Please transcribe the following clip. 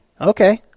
Okay